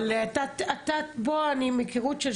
אני רוצה